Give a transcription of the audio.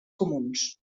comuns